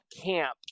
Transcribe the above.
camp